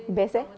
best eh